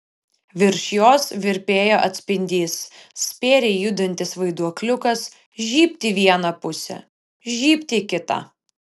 virš jos virpėjo atspindys spėriai judantis vaiduokliukas žybt į vieną pusę žybt į kitą